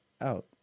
out